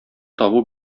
табу